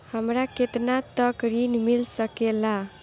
हमरा केतना तक ऋण मिल सके ला?